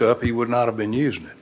up he would not have been using it